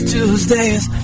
Tuesdays